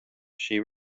she